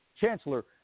Chancellor